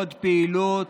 עוד פעילות,